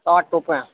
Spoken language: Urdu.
ساٹھ روپے